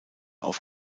auf